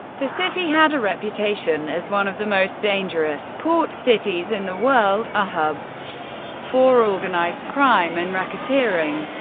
the city had a reputation as one of the most dangerous port cities in the world, a hub for organized crime and racketeering.